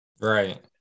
Right